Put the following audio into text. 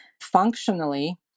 Functionally